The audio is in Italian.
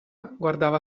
guardava